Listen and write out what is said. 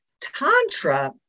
Tantra